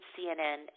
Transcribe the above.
CNN